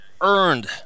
earned